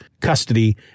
custody